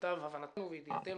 למיטב הבנתנו וידיעתנו,